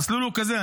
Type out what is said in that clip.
המסלול הוא כזה,